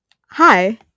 Hi